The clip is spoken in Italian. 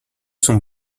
son